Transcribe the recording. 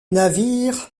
navires